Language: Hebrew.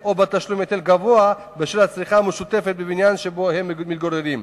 או בתשלום היטל גבוה בשל הצריכה המשותפת בבניין שבו הם מתגוררים,